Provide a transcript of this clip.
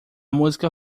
música